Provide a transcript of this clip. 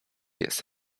jest